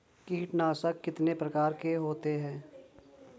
कीटनाशक कितने प्रकार के होते हैं?